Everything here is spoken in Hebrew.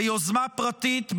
ביוזמה פרטית,